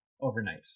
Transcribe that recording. overnight